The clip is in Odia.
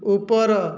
ଉପର